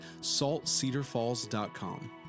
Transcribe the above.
saltcedarfalls.com